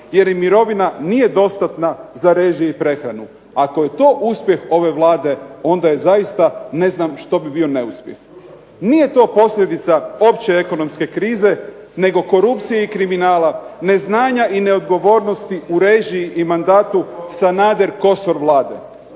jer im mirovina nije dostatna za režije i prehranu. Ako je to uspjeh ove Vlade onda ja zaista ne znam što bi bio neuspjeh. Nije to posljedica opće ekonomske krize nego korupcije i kriminala, neznanja i neodgovornosti u režiji i mandatu Sanader-Kosor Vlade.